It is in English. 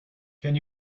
can